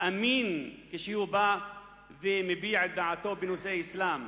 אמין כשהוא בא ומביע את דעתו בנושא האסלאם,